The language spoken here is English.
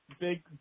big